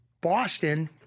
Boston